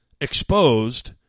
exposed